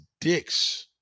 dicks